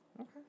Okay